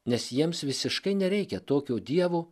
nes jiems visiškai nereikia tokio dievo